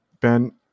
Ben